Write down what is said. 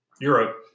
Europe